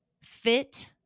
fit